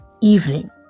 evening